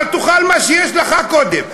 אבל תאכל מה שיש לך קודם.